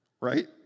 Right